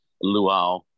luau